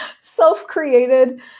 self-created